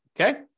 Okay